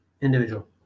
Individual